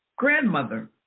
Grandmother